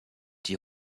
die